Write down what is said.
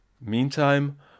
Meantime